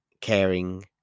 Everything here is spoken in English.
caring